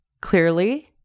clearly